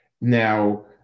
Now